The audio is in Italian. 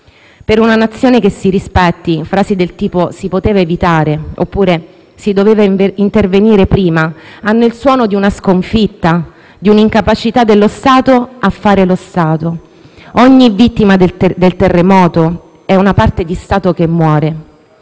Per una Nazione che si rispetti frasi del tipo: «Si poteva evitare» oppure: «Si doveva intervenire prima» hanno il suono di una sconfitta, di un'incapacità dello Stato a fare lo Stato. Ogni vittima del terremoto è una parte di Stato che muore.